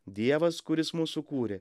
dievas kuris mus sukūrė